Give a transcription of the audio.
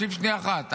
תקשיב שנייה אחת,